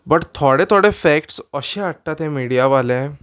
but थोडे थोडे facts अशे हाडटा ते मिडिया वाले